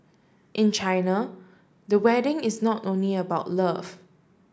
in China the wedding is not only about love